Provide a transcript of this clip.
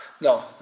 No